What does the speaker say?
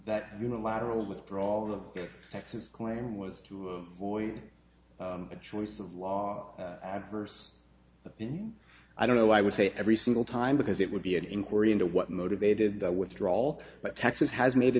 that unilateral withdrawal of texas claim was to avoid the choice of law adverse opinion i don't know i would say every single time because it would be an inquiry into what motivated the withdrawal but texas has made a